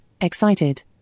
Excited